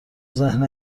ذهن